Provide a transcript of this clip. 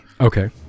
okay